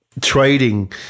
trading